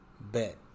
Bet